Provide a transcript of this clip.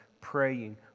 praying